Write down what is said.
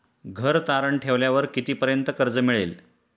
घर तारण ठेवल्यावर कितीपर्यंत कर्ज मिळेल?